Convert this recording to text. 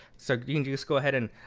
so you can just go ahead and